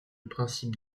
principe